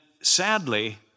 sadly